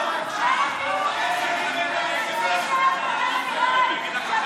קשה לך לשמוע את האמת.